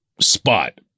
spot